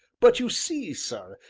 but you see, sir,